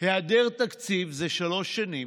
היעדר תקציב זה שלוש שנים,